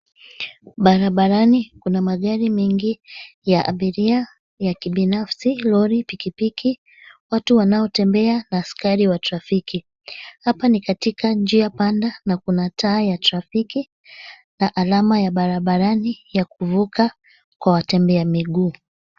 Barabarani kuna magari mengi ya abiria ya kibinafsi, lori, pikipiki, watu wanaotembea na askari wa trafiki. Hapa ni katika njia panda na kuna taa ya trafiki, na alama ya barabarani ya kuvuka kwa watembea miguu.